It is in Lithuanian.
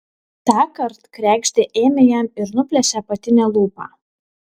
tąkart kregždė ėmė jam ir nuplėšė apatinę lūpą